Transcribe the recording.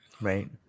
Right